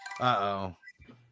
Uh-oh